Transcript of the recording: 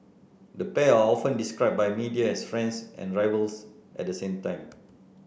the pair are often described by media as friends and rivals at the same time